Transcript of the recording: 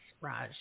Raj